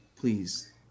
please